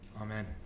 Amen